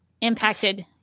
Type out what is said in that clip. impacted